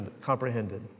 comprehended